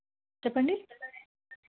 చెప్పండి